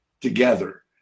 together